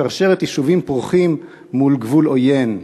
שרשרת יישובים פורחים מול גבול עוין.